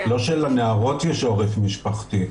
לא שלנערות יש עורף משפחתי,